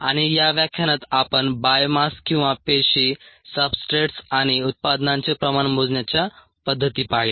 आणि या व्याख्यानात आपण बायोमास किंवा पेशी सबस्ट्रेट्स आणि उत्पादनांचे प्रमाण मोजण्याच्या पद्धती पाहिल्या